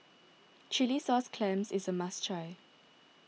Chilli Sauce Clams is a must try